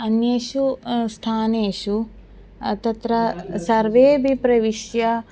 अन्येषु स्थानेषु तत्र सर्वेपि प्रविश्य